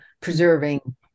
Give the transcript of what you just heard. preserving